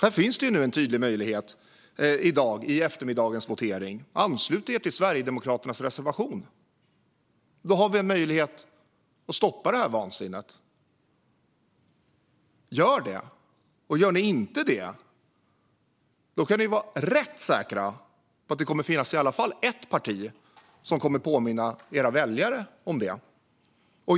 Det finns en tydlig möjlighet här i dag, i eftermiddagens votering: Anslut er till Sverigedemokraternas reservation! Då har vi möjlighet att stoppa det här vansinnet. Gör det! Gör ni inte det kan ni vara rätt säkra på att det kommer att finnas i alla fall ett parti som kommer att påminna era väljare om det.